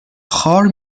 خوار